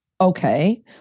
Okay